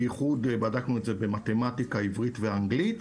בייחוד בדקנו את זה במתמטיקה, עברית ואנגלית,